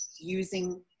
using